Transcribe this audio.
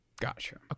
Gotcha